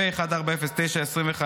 פ/1409/25,